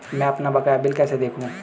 मैं अपना बकाया बिल कैसे देखूं?